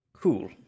Cool